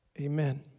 Amen